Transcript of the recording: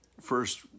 First